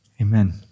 Amen